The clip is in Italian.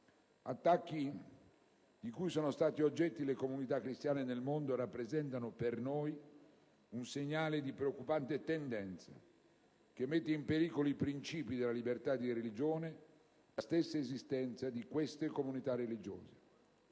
attacchi di cui sono state oggetto le comunità cristiane nel mondo rappresentano, per noi, un segnale di una preoccupante tendenza che mette in pericolo i principi della libertà di religione e la stessa esistenza di queste comunità religiose.